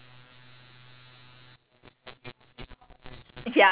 ya and it's very unfair to me cause I look small right but everything else about me is big